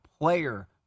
Player